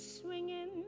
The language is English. swinging